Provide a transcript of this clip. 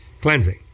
Cleansing